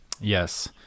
Yes